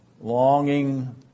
longing